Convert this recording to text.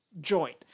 joint